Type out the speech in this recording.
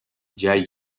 jae